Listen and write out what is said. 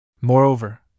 Moreover